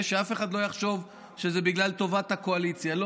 שאף אחד לא יחשוב שזה בגלל טובת הקואליציה.